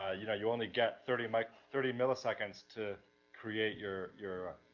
ah you know you only get thirty, like thirty milliseconds to create your, your,